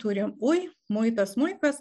turim ui muitą smuikas